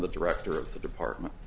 the director of the department